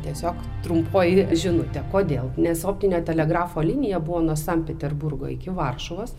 tiesiog trumpoji žinutė kodėl nes optinio telegrafo linija buvo nuo sankt peterburgo iki varšuvos